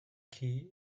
key